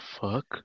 fuck